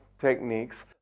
techniques